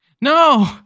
No